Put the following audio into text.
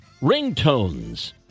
ringtones